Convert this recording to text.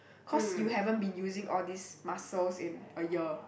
cause you haven't been using all these muscles in a year